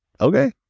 Okay